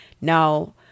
Now